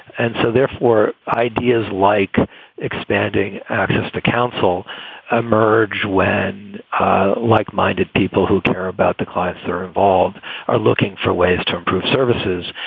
and so therefore, ideas like expanding access to counsel emerge when like minded people who care about the clients or involved are looking for ways to improve services.